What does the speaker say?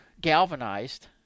galvanized